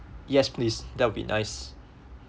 yes please that would be nice